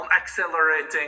accelerating